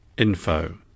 info